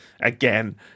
again